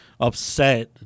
upset